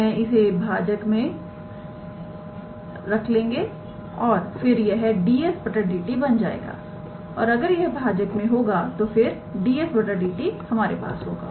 मैं इसे भाजक मैं रख लेंगे और फिर यह 𝑑𝑠 𝑑𝑡 बन जाएगा और अगर यह भाजक मैं होगा तो फिर 𝑑𝑠 𝑑𝑡 हमारे पास होगा